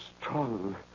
strong